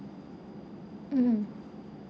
mmhmm